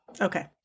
Okay